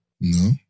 No